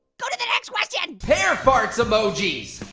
go to the next question. pear farts emojis.